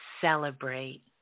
celebrate